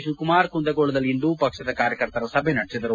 ಶಿವಕುಮಾರ್ ಕುಂದಗೋಳದಲ್ಲಿ ಇಂದು ಪಕ್ಷದ ಕಾರ್ಯಕರ್ತರ ಸಭೆ ನಡೆಸಿದರು